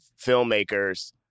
filmmakers